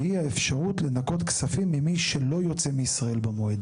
והיא האפשרות לנכות כספים ממי שלא יוצא מישראל במועד.